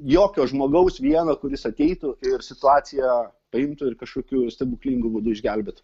jokio žmogaus vieno kuris ateitų ir situaciją paimtų ir kažkokiu stebuklingu būdu išgelbėtų